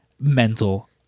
mental